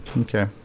Okay